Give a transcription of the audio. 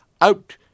out